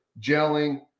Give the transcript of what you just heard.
gelling